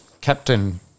Captain